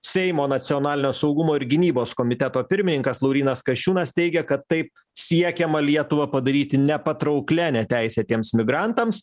seimo nacionalinio saugumo ir gynybos komiteto pirmininkas laurynas kasčiūnas teigia kad taip siekiama lietuvą padaryti nepatrauklia neteisėtiems migrantams